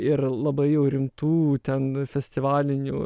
ir labai jau rimtų ten festivalinių